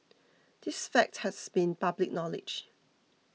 this fact has been public knowledge